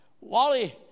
wally